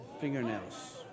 fingernails